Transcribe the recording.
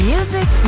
Music